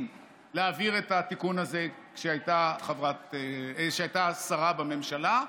להעביר את התיקון הזה כשהיא הייתה שרה בממשלה,